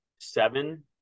seven